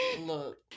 Look